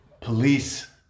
police